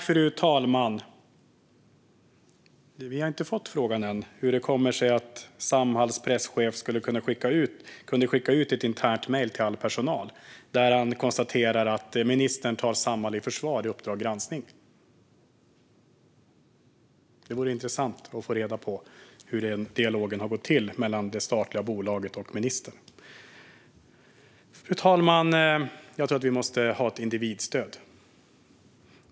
Fru talman! Vi har ännu inte fått svar på frågan hur det kommer sig att Samhalls presschef kunde skicka ut ett internt mejl till all personal där han konstaterade att ministern tar Samhall i försvar i Uppdrag granskning . Det vore intressant att få reda på hur den dialogen har gått till mellan det statliga bolaget och ministern. Fru talman! Jag tror att vi måste ha ett individstöd.